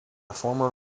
former